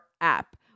app